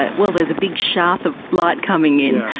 ah well, there's a big shaft of light coming in.